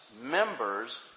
members